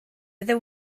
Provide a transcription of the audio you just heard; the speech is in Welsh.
fyddai